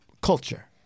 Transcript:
culture